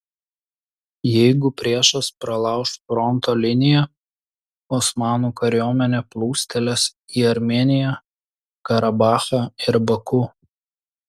jeigu priešas pralauš fronto liniją osmanų kariuomenė plūstelės į armėniją karabachą ir baku